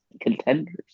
contenders